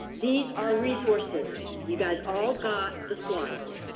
these are resources. you guys all got the slides.